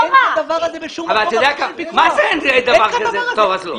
את הדבר הזה אין בשום מקום בחוק הפיקוח.